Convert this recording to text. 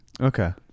Okay